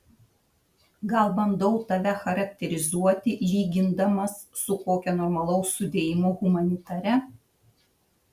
gal bandau tave charakterizuoti lygindamas su kokia normalaus sudėjimo humanitare